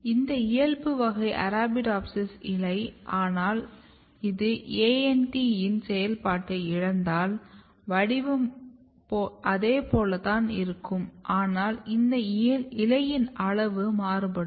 இது இயல்பு வகை அரபிடோப்சிஸ் இலை ஆனால் இது ANT இன் செயல்பாட்டை இழந்தால் வடிவம் அதேபோல தான் இருக்கும் ஆனால் இந்த இலையின் அளவு மாறுபடும்